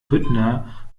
büttner